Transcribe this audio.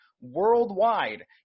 worldwide